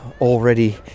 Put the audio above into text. already